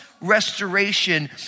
restoration